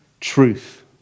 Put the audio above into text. truth